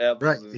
right